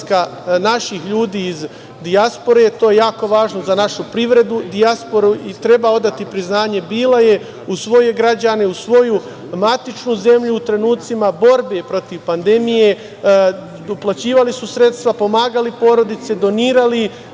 naših ljudi iz dijaspore. To je jako važno za našu privredu, dijasporu i treba odati priznanje. Bila je uz svoje građana, uz svoju matičnu zemlju u trenucima borbe protiv pandemije, uplaćivali su sredstva, pomagali porodice, donirali